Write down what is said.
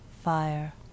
fire